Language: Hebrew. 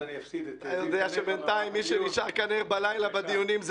אני אפסיד --- בינתיים מי שנשאר כאן ער בלילה בדיונים,